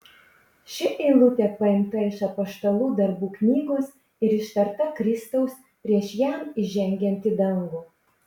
ši eilutė paimta iš apaštalų darbų knygos ir ištarta kristaus prieš jam įžengiant į dangų